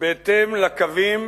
בהתאם לקווים